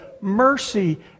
mercy